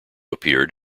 appeared